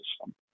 system